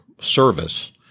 service